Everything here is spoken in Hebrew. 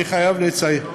אני גם חייב לציין,